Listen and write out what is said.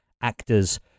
actors